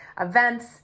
events